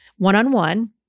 one-on-one